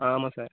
ஆ ஆமாம் சார்